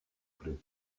plait